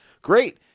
great